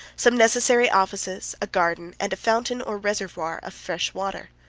some necessary offices, a garden, and a fountain or reservoir of fresh water.